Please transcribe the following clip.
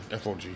FOG